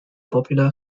popular